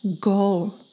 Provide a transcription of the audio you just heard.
goal